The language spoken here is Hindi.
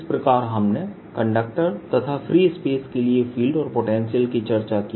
इस प्रकार हमने कंडक्टर तथा फ्री स्पेस के लिए फील्ड और पोटेंशियल इस चर्चा की